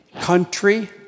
country